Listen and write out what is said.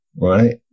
right